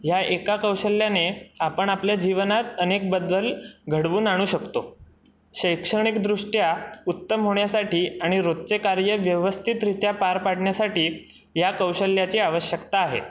ह्या एका कौशल्याने आपण आपल्या जीवनात अनेक बदल घडवून आणू शकतो शैक्षणिकदृष्ट्या उत्तम होण्यासाठी आणि रोजचे कार्य व्यवस्तथित्या पार पाडण्यासाठी या कौशल्याची आवश्यकता आहे